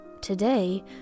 today